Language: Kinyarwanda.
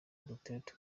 duterte